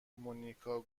مونیکا